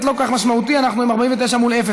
49 תומכים, אין מתנגדים, אין נמנעים.